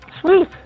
Sweet